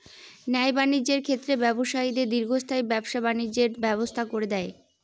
ন্যায় বাণিজ্যের ক্ষেত্রে ব্যবসায়ীদের দীর্ঘস্থায়ী ব্যবসা বাণিজ্যের ব্যবস্থা করে দেয়